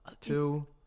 Two